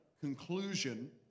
conclusion